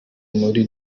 muri